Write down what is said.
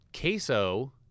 queso